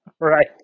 Right